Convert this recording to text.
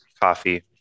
coffee